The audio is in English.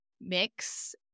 mix